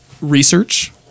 research